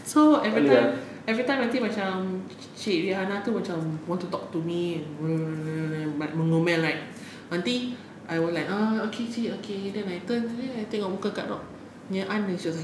so every time every time aunty macam cik rihanna itu macam want to talk to me like like mengomel right nanti I will like uh okay okay okay then I turn saja I tengok muka kak rod punya aunt then she's like